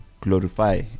glorify